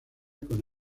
con